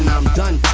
done